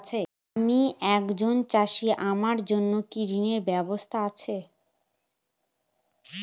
আমি একজন চাষী আমার জন্য কি ঋণের ব্যবস্থা আছে?